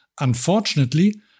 Unfortunately